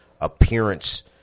appearance